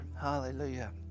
Hallelujah